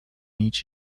each